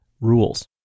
rules